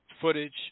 footage